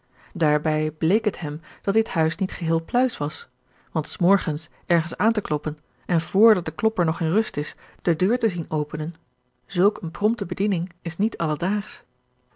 daarbij bleek het hem dat dit huis niet geheel pluis was want s morgens ergens aan te kloppen en vr dat de klopper nog in rust is de deur te zien openen zulk eene prompte bediening is niet alledaags